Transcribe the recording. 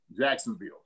Jacksonville